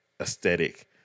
aesthetic